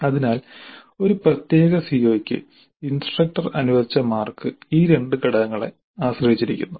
അതിനാൽ ഒരു പ്രത്യേക സിഒക്ക് ഇൻസ്ട്രക്ടർ അനുവദിച്ച മാർക്ക് ഈ രണ്ട് ഘടകങ്ങളെ ആശ്രയിച്ചിരിക്കുന്നു